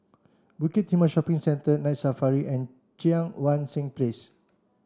Bukit Timah Shopping Centre Night Safari and Cheang Wan Seng Place